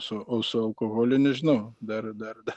su o su alkoholiu nežinau dar dar da